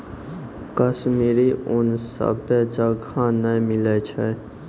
कश्मीरी ऊन सभ्भे जगह नै मिलै छै